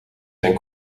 zijn